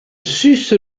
suce